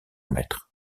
maître